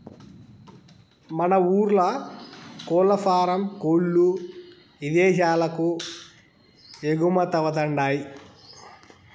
మన ఊర్ల కోల్లఫారం కోల్ల్లు ఇదేశాలకు ఎగుమతవతండాయ్